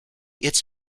its